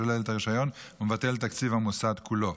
השולל את הרישיון ומבטל את תקציב המוסד כולו.